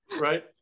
Right